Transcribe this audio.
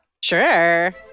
Sure